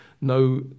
no